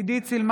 בעד עלי סלאלחה,